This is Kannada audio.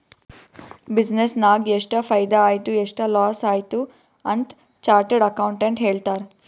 ಬಿಸಿನ್ನೆಸ್ ನಾಗ್ ಎಷ್ಟ ಫೈದಾ ಆಯ್ತು ಎಷ್ಟ ಲಾಸ್ ಆಯ್ತು ಅಂತ್ ಚಾರ್ಟರ್ಡ್ ಅಕೌಂಟೆಂಟ್ ಹೇಳ್ತಾರ್